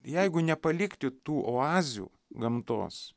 jeigu nepalikti tų oazių gamtos